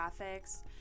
graphics